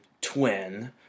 twin